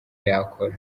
yakora